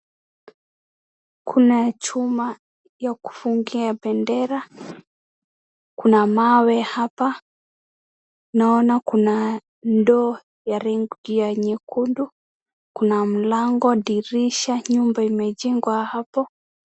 Kuna chuma ya kufungia bendera, kuna mawe hapa, naona kuna ndoo ya rangi ya nyekundu, kuna mlango, dirisha, nyumba imejengwa hapo.